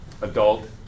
adult